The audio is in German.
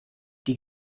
die